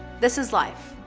this is life.